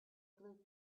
blue